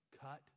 cut